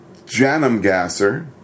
Janumgasser